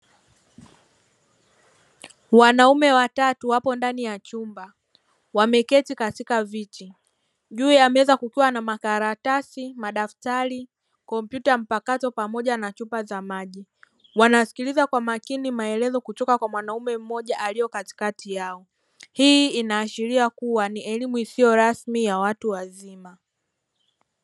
Wanaume watatu wapo ndani ya chumba wameketi katika viti, juu ya meza kukiwa na makaratasi, madaftari, kompyuta mpakato pamoja na chupa za maji. Wanasikiliza kwa makini maelezo kutoka kwa mwanaume mmoja aliye katikati yao, hii inaashiria kuwa ni elimu isiyo rasmi ya watu wazima.